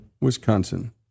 Wisconsin